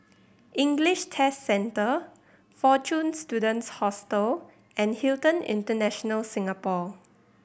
English Test Centre Fortune Students Hostel and Hilton International Singapore